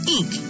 Inc